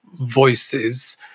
voices